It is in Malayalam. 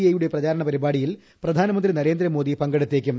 എ യുടെ പ്രചാരണ പരിപാടിയിൽ പ്രധാനമന്ത്രി നരേന്ദ്രമോദി പങ്കെടുത്തേക്കും